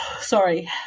Sorry